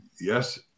yes